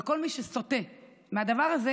וכל מי שסוטה מהדבר הזה